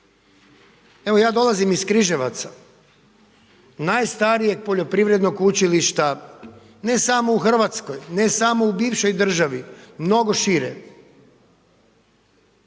Evo ja dolazim iz Križevaca, najstarijeg poljoprivrednog učilišta ne samo u Hrvatskoj, ne samo u bivšoj državi, mnogo šire.